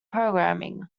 programming